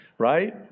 right